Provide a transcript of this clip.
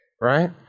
right